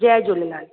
Jay Jhulelal